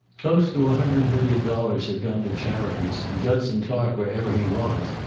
close to a hundred million dollars had gone to charities, and judson clark, wherever he was,